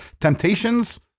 temptations